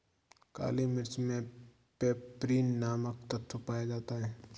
काली मिर्च मे पैपरीन नामक तत्व पाया जाता है